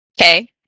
Okay